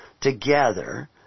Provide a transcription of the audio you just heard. together